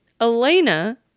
Elena